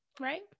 Right